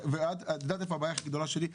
ואת יודעת איפה הבעיה הכי גדולה שלי?